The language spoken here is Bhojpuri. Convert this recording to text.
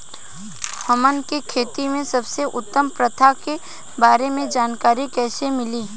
हमन के खेती में सबसे उत्तम प्रथा के बारे में जानकारी कैसे मिली?